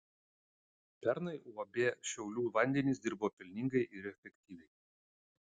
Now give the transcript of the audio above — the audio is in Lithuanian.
pernai uab šiaulių vandenys dirbo pelningai ir efektyviai